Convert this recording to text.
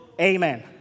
Amen